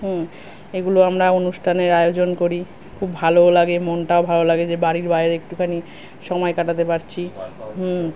হুম এগুলো আমরা অনুষ্ঠানের আয়োজন করি খুব ভালোও লাগে মনটাও ভালো লাগে যে বাড়ির বাইরে একটুখানি সময় কাটাতে পারছি হুম